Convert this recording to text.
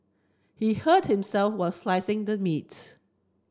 he hurt himself while slicing the meats